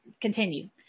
continue